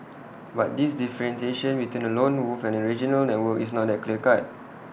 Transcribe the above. but this differentiation between A lone wolf and A regional network is not A clear cut